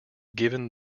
given